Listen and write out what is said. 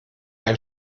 ein